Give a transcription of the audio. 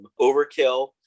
Overkill